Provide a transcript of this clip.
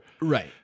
right